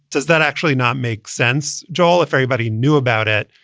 does that actually not make sense? joel, if everybody knew about it,